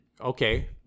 okay